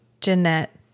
Jeanette